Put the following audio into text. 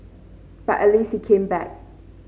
but at least he came back